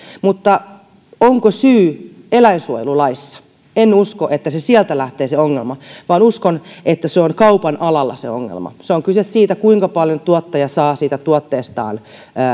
mutta onko syy eläinsuojelulaissa en usko että sieltä lähtee se ongelma vaan uskon että se ongelma on kaupan alalla on kyse siitä kuinka paljon tuottaja saa tuotteestaan